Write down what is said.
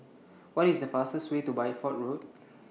What IS The fastest Way to Bideford Road